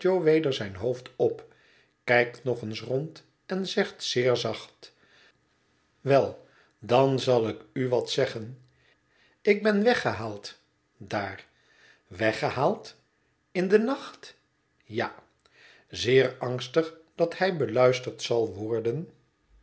weder zijn hoofd op kijkt nog eens rond en zegt zeer zacht wel dan zal ik u wat zeggen ik ben weggehaald daar weggehaald in den nacht ja zeer angstig dat hij beluisterd zal worden